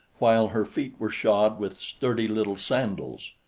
while her feet were shod with sturdy little sandals.